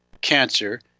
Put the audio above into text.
cancer